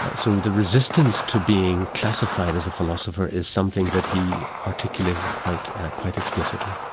and so the resistance to being classified as a philosopher is something that he articulated quite quite explicitly.